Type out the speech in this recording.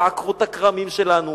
יעקרו את הכרמים שלנו,